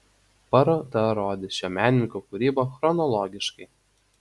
paroda rodys šio menininko kūrybą chronologiškai